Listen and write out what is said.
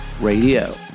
Radio